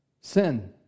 sin